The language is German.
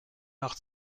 nach